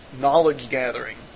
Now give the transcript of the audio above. knowledge-gathering